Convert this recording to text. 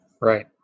Right